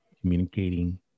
communicating